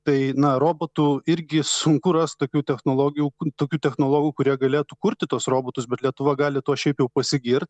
tai na robotų irgi sunku rast tokių technologijų tokių technologų kurie galėtų kurti tuos robotus bet lietuva gali tuo šiaip jau pasigirt